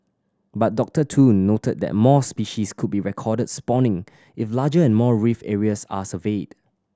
but Doctor Tun noted that more species could be recorded spawning if larger and more reef areas are surveyed